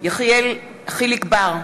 יחיאל חיליק בר,